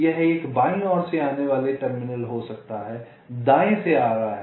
यह 1 बाईं ओर से आने वाले टर्मिनल हो सकता है दाएं से आ रहा है